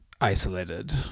isolated